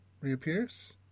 reappears